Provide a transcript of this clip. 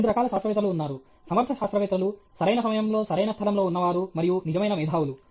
రెండు రకాల శాస్త్రవేత్తలు ఉన్నారు సమర్థ శాస్త్రవేత్తలు సరైన సమయంలో సరైన స్థలంలో ఉన్నవారు మరియు నిజమైన మేధావులు